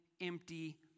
empty